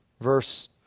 verse